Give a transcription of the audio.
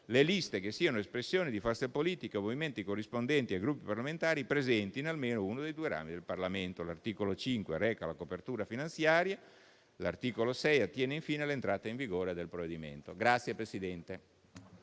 le liste che siano espressione di forze politiche o movimenti corrispondenti ai Gruppi parlamentari presenti in almeno uno dei due rami del Parlamento. L'articolo 5 reca la copertura finanziaria. L'articolo 6 attiene infine all'entrata in vigore del provvedimento. **Saluto